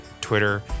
Twitter